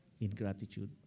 ingratitude